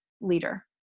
leader